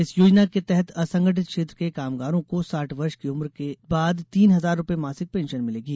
इस योजना के तहत असंगठित क्षेत्र के कामगारों साठ वर्ष की उम्र के बाद तीन हजार रुपये मासिक पेंशन मिलेगी